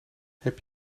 heb